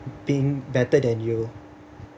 being better than you